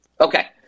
Okay